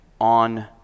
on